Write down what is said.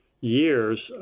years